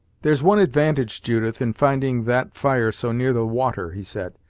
there's one advantage, judith, in finding that fire so near the water, he said,